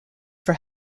for